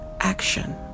Action